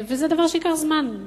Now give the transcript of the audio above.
וזה דבר שייקח זמן,